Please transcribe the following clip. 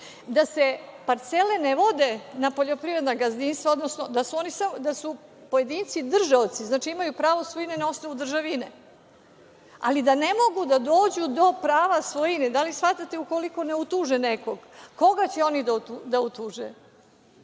da se parcele ne vode na poljoprivredna gazdinstva, odnosno da su pojedinci držaoci, znači imaju pravo svojine na osnovu državine. Ali, da ne mogu da dođu do prava svojine. Da li shvatate, ukoliko ne utuže nekog, koga će oni da utuže?